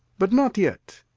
but not yet,